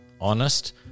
honest